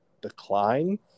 decline